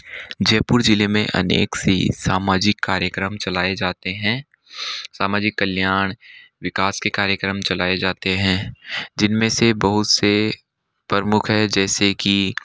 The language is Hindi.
जयपुर जिले में अनेक सी सामाजिक कार्यक्रम चलाए जाते हैं सामाजिक कल्याण विकास के कार्यक्रम चलाए जाते हैं जिनमें से बहुत से प्रमुख है जैसे की